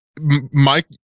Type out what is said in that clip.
Mike